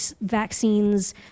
vaccines